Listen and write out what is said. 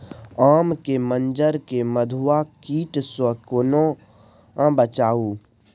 आम के मंजर के मधुआ कीट स केना बचाऊ?